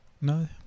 No